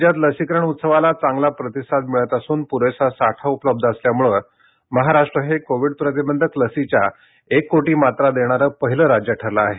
राज्यात लसीकरण उत्सवाला चांगला प्रतिसाद मिळत असून प्रेसा साठा उपलब्ध असल्यामुळे महाराष्ट्र हे कोविड प्रतिबंधक लसीच्या एक कोटी मात्रा देणारं पहिलं राज्य ठरलं आहे